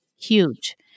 huge